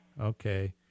Okay